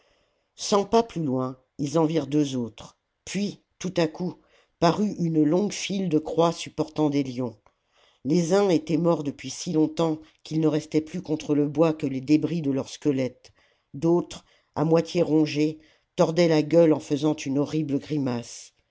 cent pas plus loin ils en virent deux autres puis tout à coup parut une longue file de croix supportant des lions les uns étaient morts depuis si longtemps qu'il ne restait plus contre le bois que les débris de leurs squelettes d'autres à moitié rongés tordaient la gueule en faisant une horrible grimace